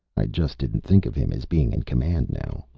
i just didn't think of him as being in command now.